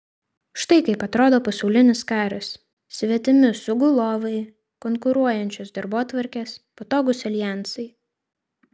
štai kaip atrodo pasaulinis karas svetimi sugulovai konkuruojančios darbotvarkės patogūs aljansai